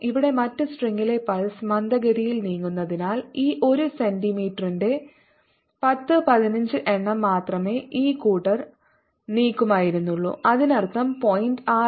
ഇവിടെ മറ്റ് സ്ട്രിംഗിലെ പൾസ് മന്ദഗതിയിൽ നീങ്ങുന്നതിനാൽ ഈ 1 സെന്റിമീറ്ററിന്റെ 10 15 എണ്ണം മാത്രമേ ഈ കൂട്ടർ നീക്കുമായിരുന്നുള്ളൂ അതിനർത്ഥം 0